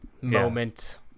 moment